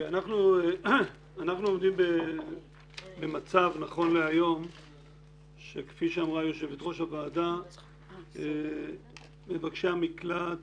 נכון להיום אנחנו עומדים במצב שכפי שאמרה יושבת ראש הוועדה מבקשי המקלט